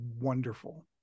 wonderful